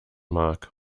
mag